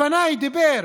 לפניי דיבר